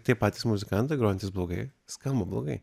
tie patys muzikantai grojantys blogai skamba blogai